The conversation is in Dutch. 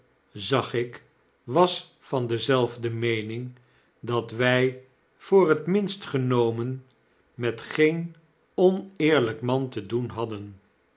zag ik was van dezelfde meening dat wy voor t minst genomen met geen oneerlp man te doen hadden